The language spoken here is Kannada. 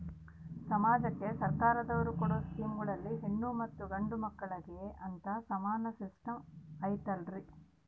ಸಮಾಜಕ್ಕೆ ಸರ್ಕಾರದವರು ಕೊಡೊ ಸ್ಕೇಮುಗಳಲ್ಲಿ ಹೆಣ್ಣು ಮತ್ತಾ ಗಂಡು ಮಕ್ಕಳಿಗೆ ಅಂತಾ ಸಮಾನ ಸಿಸ್ಟಮ್ ಐತಲ್ರಿ?